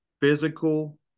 physical